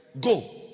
go